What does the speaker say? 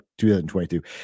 2022